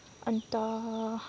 अन्त